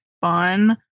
fun